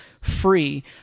free